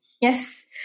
Yes